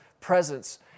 presence